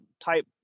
type